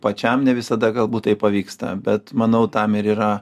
pačiam ne visada galbūt tai pavyksta bet manau tam ir yra